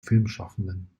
filmschaffenden